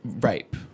rape